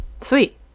Sweet